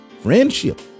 Friendship